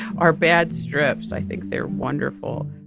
are bad strips? i think they're wonderful